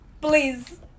please